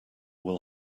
will